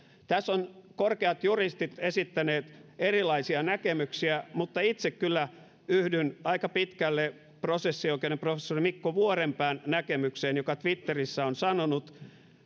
tässä on korkeat juristit esittäneet erilaisia näkemyksiä mutta itse kyllä yhdyn aika pitkälle prosessioikeuden professori mikko vuorenpään näkemykseen joka twitterissä on sanonut